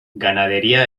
ganadería